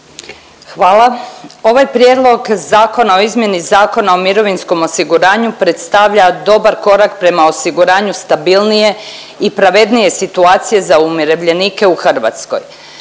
Hvala. Ovaj Prijedlog zakona o izmjeni Zakona o mirovinom osiguranju predstavlja dobar korak prema osiguranju stabilnije i pravednije situacije za umirovljenike u Hrvatskoj.